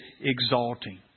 exalting